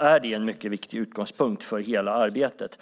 är det en mycket viktig utgångspunkt för hela arbetet.